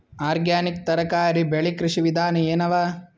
Organic ತರಕಾರಿ ಬೆಳಿ ಕೃಷಿ ವಿಧಾನ ಎನವ?